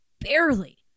barely